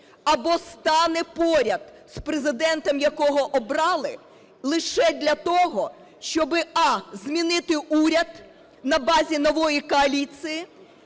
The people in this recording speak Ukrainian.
або стане поряд з Президентом, якого обрали лише для того, щоб: а) змінити уряд на базі нової коаліції